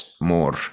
more